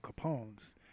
Capone's